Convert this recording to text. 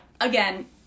again